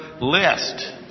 list